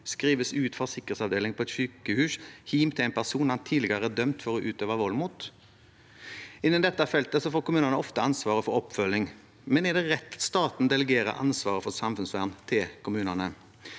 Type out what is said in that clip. skrives ut fra sikkerhetsavdeling på et sykehus og drar hjem til en person han tidligere er dømt for å utøve vold mot? Innen dette feltet får kommunene ofte ansvaret for oppfølging, men er det rett at staten delegerer ansvaret for samfunnsvern til kommunene?